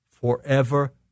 forever